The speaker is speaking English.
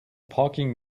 parking